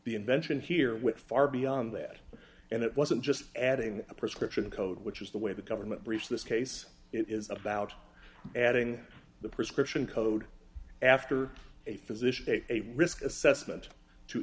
the invention here with far beyond that and it wasn't just adding a prescription code which is the way the government briefs this case it is about adding the prescription code after a physician take a risk assessment to